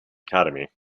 academy